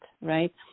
right